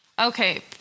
Okay